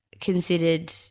considered